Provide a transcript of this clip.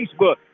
Facebook